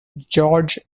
george